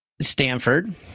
Stanford